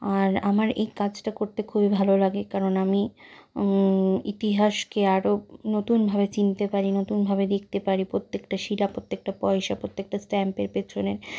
আর আমার এই কাজটা করতে খুবই ভালো লাগে কারণ আমি ইতিহাসকে আরো নতুনভাবে চিনতে পারি নতুনভাবে দেখতে পারি প্রত্যেকটা শিলা প্রত্যেকটা পয়সা প্রত্যেকটা স্ট্যাম্পের পেছনে